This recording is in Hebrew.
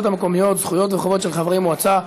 המקומיות (זכויות וחובות של חברי מועצה),